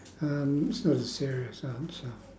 um it's not a serious answer